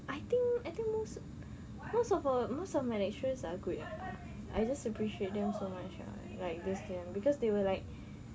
I think I think most most of our most of my lecturers are good I just appreciate them so much ah like this sem cause they were like